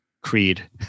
creed